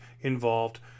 involved